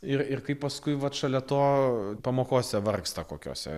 ir ir kaip paskui vat šalia to pamokose vargsta kokiose